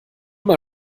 mal